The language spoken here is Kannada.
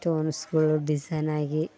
ಶ್ಟೋನ್ಸ್ಗಳು ಡಿಸೈನಾಗಿ